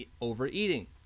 overeating